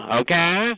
okay